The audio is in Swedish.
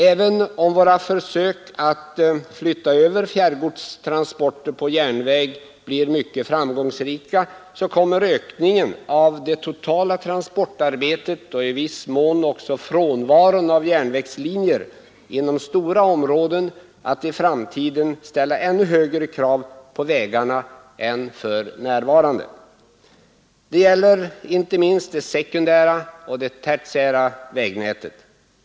Även om våra försök att flytta över fjärrgodstransporter på järnväg blir mycket framgångsrika kommer ökningen av det totala transportarbetet och i viss mån också frånvaron av järnvägslinjer inom stora områden att i framtiden ställa ännu högre krav på vägarna än för närvarande, inte minst inom det sekundära och det tertiära vägnätet.